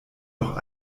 doch